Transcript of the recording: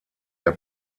der